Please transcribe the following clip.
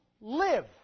live